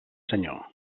senyor